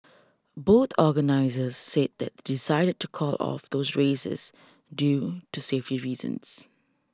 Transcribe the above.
both organisers said they decided to call off those races due to safety reasons